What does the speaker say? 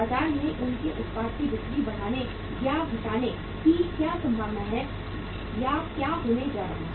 बाजार में उनके उत्पाद की बिक्री बढ़ने या घटने की क्या संभावना है या क्या होने जा रहा है